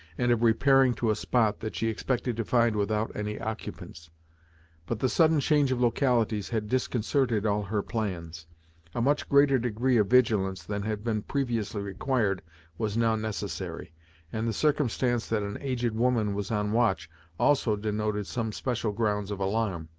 and of repairing to a spot that she expected to find without any occupants but the sudden change of localities had disconcerted all her plans. a much greater degree of vigilance than had been previously required was now necessary and the circumstance that an aged woman was on watch also denoted some special grounds of alarm.